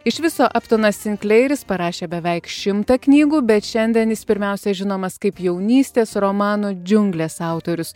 iš viso abtonas sinkleiris parašė beveik šimtą knygų bet šiandien jis pirmiausiai žinomas kaip jaunystės romano džiunglės autorius